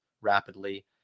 rapidly